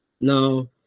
no